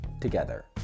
together